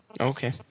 Okay